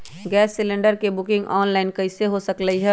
Gas cylinder के booking online कईसे हो सकलई ह?